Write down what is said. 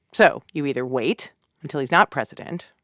so you either wait until he's not president,